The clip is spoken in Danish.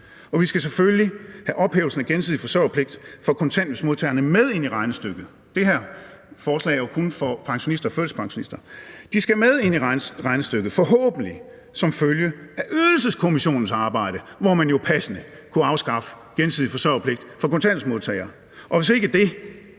og vi skal selvfølgelig have ophævelsen af gensidig forsørgerpligt for kontanthjælpsmodtagerne med ind i regnestykket; det her forslag er jo kun for pensionister og førtidspensionister. Kontanthjælpsmodtagerne skal med ind i regnestykket forhåbentlig som følge af Ydelseskommissionens arbejde, hvor man jo passende kunne afskaffe gensidig forsørgerpligt for kontanthjælpsmodtagere, og hvis ikke det,